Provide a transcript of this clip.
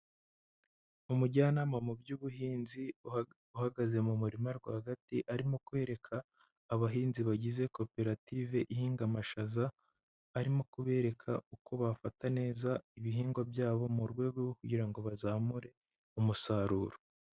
Umujyanama mu by'ubuhinzi uhagaze mu murima rwagati arimo kwereka abahinzi bagize koperative ihinga amashaza, arimo kubereka uko bafata neza ibihingwa byabo, mu rwego rwo kugira ngo bazamure umusaruro.